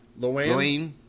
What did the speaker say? loane